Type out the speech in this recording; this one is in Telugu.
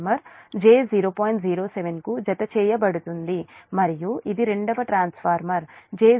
07 కు జతచేయబడుతుంది మరియు ఇది రెండవ ట్రాన్స్ఫార్మర్ j0